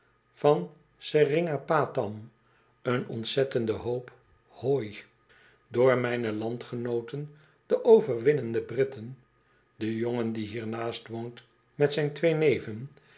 van seringapatam een ontzettenden hoop hooi door mijne landgenooten de overwinnende britten den jongen die hiernaast woont met zijn twee neven